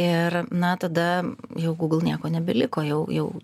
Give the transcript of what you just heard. ir na tada jau google nieko nebeliko jau jau